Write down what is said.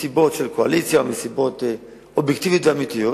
מסיבות של קואליציה או מסיבות אובייקטיביות ואמיתיות,